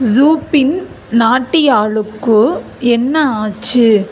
ஜூபின் நாட்டியாலுக்கு என்ன ஆச்சு